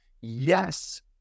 yes